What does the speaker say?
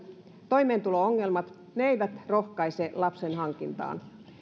toimeentulo ongelmat eivät rohkaise lapsen hankintaan